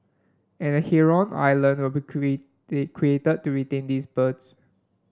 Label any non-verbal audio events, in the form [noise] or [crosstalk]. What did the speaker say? and a heron island will be [unintelligible] created to retain these birds